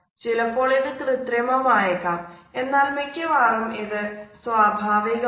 ചിലപ്പോൾ ഇത് കൃത്രിമം ആയേക്കാം എന്നാൽ മിക്കവാറും ഇത് സ്വാഭാവികമാണ്